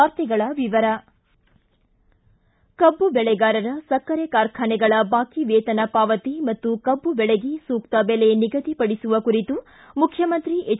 ವಾರ್ತೆಗಳ ವಿವರ ಕಬ್ಬು ಬೆಳೆಗಾರರ ಸಕ್ಕರೆ ಕಾರ್ಖಾನೆಗಳ ಬಾಕಿ ವೇತನ ಪಾವತಿ ಮತ್ತು ಕಬ್ಬು ಬೆಳೆಗೆ ಸೂಕ್ತ ಬೆಲೆ ನಿಗದಿಪಡಿಸುವ ಕುರಿತು ಮುಖ್ಯಮಂತ್ರಿ ಎಚ್